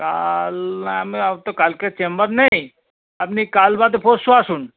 কাল না আমার তো কালকে চেম্বার নেই আপনি কাল বাদে পরশু আসুন